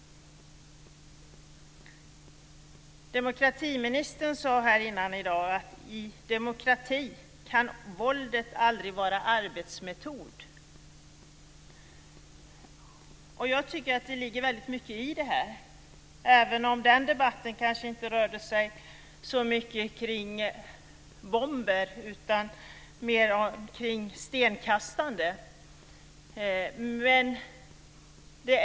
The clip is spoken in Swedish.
Demokratiministern sade tidigare i dag att i en demokrati kan våldet aldrig vara en arbetsmetod. Jag tycker att det ligger väldigt mycket i det, även om den debatten kanske inte rörde sig så mycket om bomber utan mer om stenkastande.